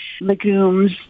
legumes